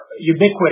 ubiquitous